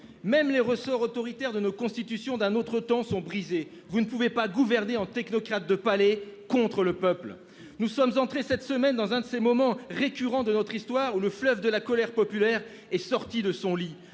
Même les ressorts autoritaires de nos Constitutions d'un autre temps sont brisés. Vous ne pouvez pas gouverner en technocrate de palais contre le peuple. Nous sommes entrés cette semaine dans un de ces moments récurrents de notre histoire où le fleuve de la colère populaire est sorti de son lit.